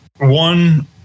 one